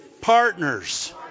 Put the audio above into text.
partners